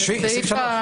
לסעיף (3).